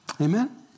Amen